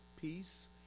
peace